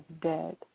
dead